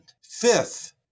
Fifth